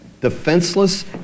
defenseless